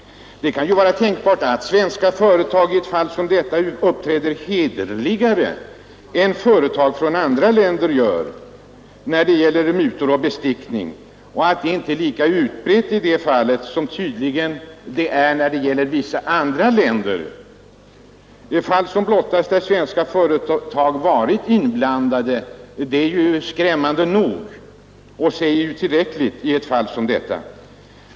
Det är tänkbart att svenska företag uppträder hederligare än företag från andra länder när det gäller mutor och bestickning. Men de fall som har blottats där svenska företag har varit inblandade är dock skrämmande nog och säger tillräckligt.